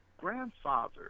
grandfather